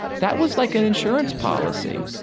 that was like an insurance policy.